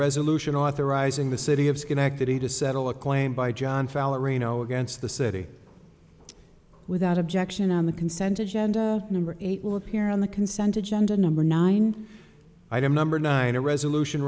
resolution authorizing the city of schenectady to settle a claim by john fallon reno against the city without objection on the consent agenda number eight will appear on the consent agenda number nine item number nine a resolution